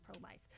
pro-life